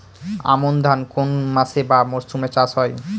আমন ধান কোন মাসে বা মরশুমে চাষ হয়?